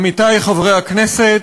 עמיתי חברי הכנסת,